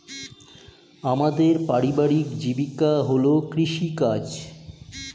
আমাদের পারিবারিক জীবিকা হল কৃষিকাজ